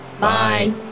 Bye